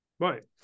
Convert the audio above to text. right